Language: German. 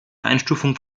einstufung